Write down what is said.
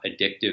addictive